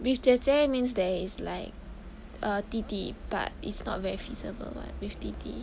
with 姐姐 means there is like err 弟弟 but it's not very feasible [one] with 弟弟